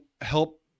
help